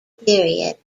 period